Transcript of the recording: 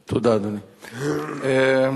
תודה, אדוני.